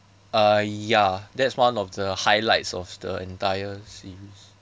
uh ya that's one of the highlights of the entire series